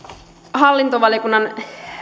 hallintovaliokunnan